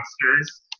monsters